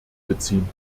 beziehen